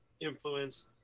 influence